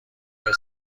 طبله